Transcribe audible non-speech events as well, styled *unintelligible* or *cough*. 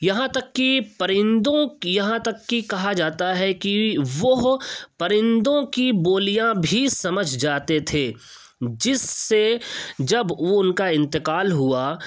یہاں تک کہ پرندوں *unintelligible* یہاں تک کہ کہا جاتا ہے کہ وہ پرندوں کی بولیاں بھی سمجھ جاتے تھے جس سے جب وہ ان کا انتقال ہوا تو